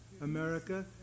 America